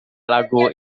lagu